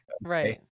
right